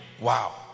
Wow